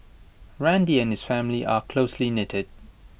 randy and his family are closely knitted